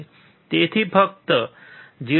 તેથી ફક્ત 0